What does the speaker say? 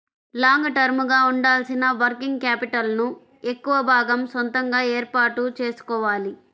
long term గా ఉండాల్సిన working capital ను ఎక్కువ భాగం సొంతగా ఏర్పాటు చేసుకోవాలి